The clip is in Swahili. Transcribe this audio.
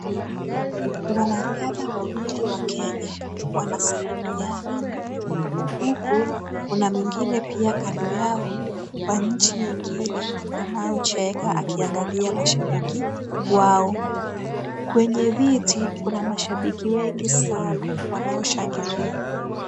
Wanariadha wawili wa Kenya wanasalimiana huku kuna mwingine pia kando yao wa nchi ingine anaocheka akiangalia mashabiki wao. Kwenye viti kuna mashabiki wengi sana wanaoshangilia.